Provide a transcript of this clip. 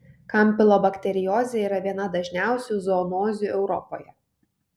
kampilobakteriozė yra viena dažniausių zoonozių europoje